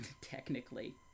Technically